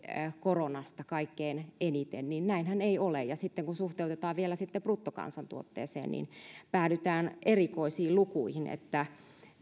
koronasta kaikkein eniten niin näinhän ei ole sitten kun suhteutetaan vielä bruttokansantuotteeseen niin päädytään erikoisiin lukuihin